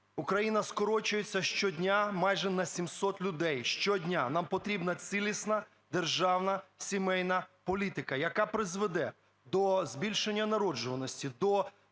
Україна скорочується щодня майже на сімсот людей – щодня, нам потрібна цілісна державна сімейна політика, яка призведе до збільшення народжуваності, до